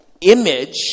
image